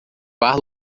bar